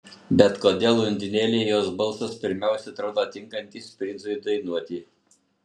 bet kodėl undinėlei jos balsas pirmiausia atrodo tinkantis princui dainuoti